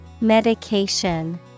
Medication